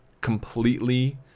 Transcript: completely